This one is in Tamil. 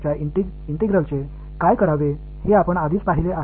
எனவே இந்த வகையான இன்டெக்ரல் உடன் என்ன செய்வது என்று ஏற்கனவே பார்த்தோம்